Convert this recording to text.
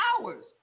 hours